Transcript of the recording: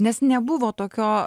nes nebuvo tokio